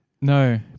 No